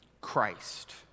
Christ